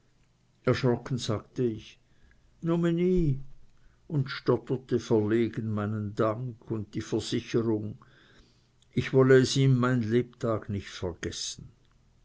erschrocken sagte ich nume n i und stotterte verlegen meinen dank und die versicherung ich wolle ihm seine guttat mein lebtag nicht vergessen